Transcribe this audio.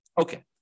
Okay